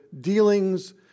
dealings